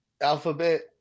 alphabet